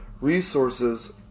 resources